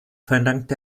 verdankt